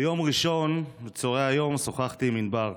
ביום ראשון בצוהרי היום שוחחתי עם ענבר,